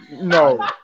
No